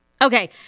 Okay